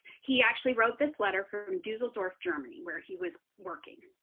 he actually wrote this letter from dusseldorf, germany, where he was working,